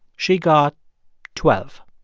she got twelve